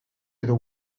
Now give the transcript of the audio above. edo